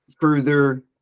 further